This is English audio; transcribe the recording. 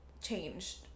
changed